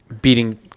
beating